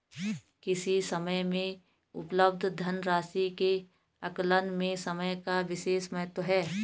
किसी समय में उपलब्ध धन राशि के आकलन में समय का विशेष महत्व है